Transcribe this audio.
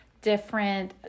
different